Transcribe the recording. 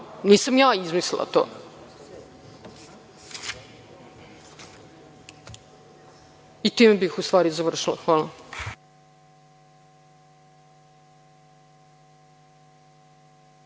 Nisam ja izmislila to. Time bih, u stvari, završila. **Maja